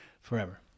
forever